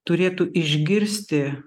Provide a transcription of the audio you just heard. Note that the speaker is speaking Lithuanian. turėtų išgirsti